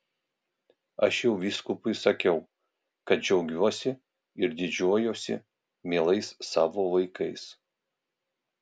aš jau vyskupui sakiau kad džiaugiuosi ir didžiuojuosi mielais savo vaikais